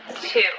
two